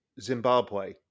Zimbabwe